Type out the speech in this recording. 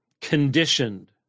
conditioned